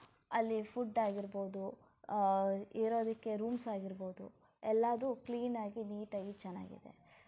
ಅಲ್ಲಿ ಫುಡ್ ಆಗಿರ್ಬೋದು ಇರೋದಕ್ಕೆ ರೂಮ್ಸ್ ಆಗಿರ್ಬೋದು ಎಲ್ಲದೂ ಕ್ಲೀನಾಗಿ ನೀಟಾಗಿ ಚೆನ್ನಾಗಿದೆ